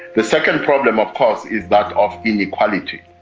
the second problem of course is that of inequality.